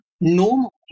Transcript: normal